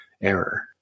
error